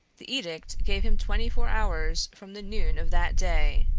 the edict gave him twenty-four hours from the noon of that day.